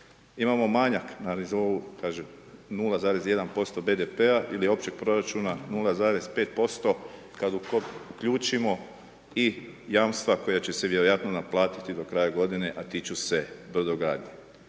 Imamo manjak na nivou kažem 0,1% BDP-a ili općeg proračuna 0,5% kad uključimo i jamstva koja će se vjerojatno naplatiti do kraja godine a tiču se brodogradnje.